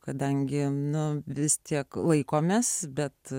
kadangi nu vis tiek laikomės bet